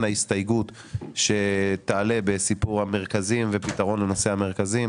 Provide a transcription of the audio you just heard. ההסתייגויות שתעלה בסיפור המרכזים ופתרון לנושא המרכזים.